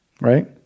right